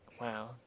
wow